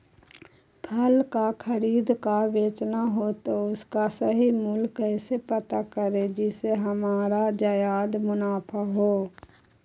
फल का खरीद का बेचना हो तो उसका सही मूल्य कैसे पता करें जिससे हमारा ज्याद मुनाफा हो?